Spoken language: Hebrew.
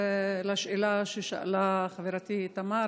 נוסף לשאלה ששאלה חברתי תמר,